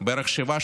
בערך 7,